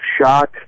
shock